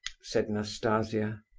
said nastasia.